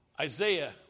Isaiah